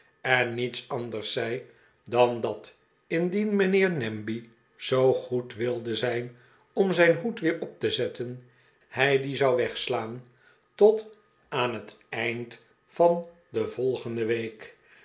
en niets anders zei dan dat indien mijnheer namby zoo goed wilde zijn om zijn hoed weer op te zetten hij dien zou wegslaan de pickwick club tot aan het eind van de volgende week